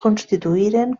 constituïren